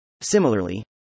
Similarly